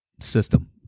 system